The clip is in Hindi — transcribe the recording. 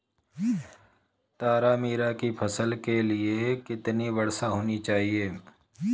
तारामीरा की फसल के लिए कितनी वर्षा होनी चाहिए?